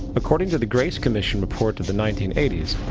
according to the grace commission report to the nineteen eighty s,